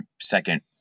second